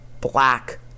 black